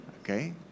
okay